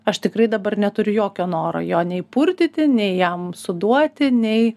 aš tikrai dabar neturiu jokio noro jo nei purtyti nei jam suduoti nei